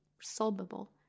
solvable